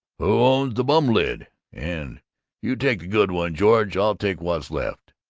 who owns the bum lid? and you take a good one, george i'll take what's left,